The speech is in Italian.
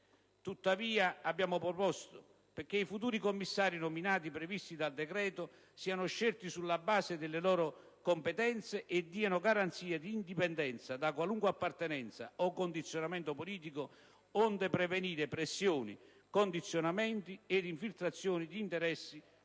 tuttavia abbiamo proposto che i futuri commissari previsti dal decreto siano scelti sulla base delle loro competenze e diano garanzie di indipendenza da qualunque appartenenza o condizionamento politico, onde prevenire pressioni, condizionamenti ed infiltrazioni di interessi